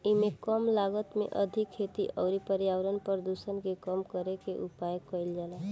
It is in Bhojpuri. एइमे कम लागत में अधिका खेती अउरी पर्यावरण प्रदुषण के कम करे के उपाय कईल जाला